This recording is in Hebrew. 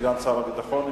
סגן שר הביטחון.